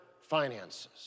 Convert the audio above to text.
finances